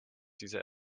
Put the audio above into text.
dieser